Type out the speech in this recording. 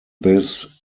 this